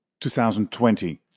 2020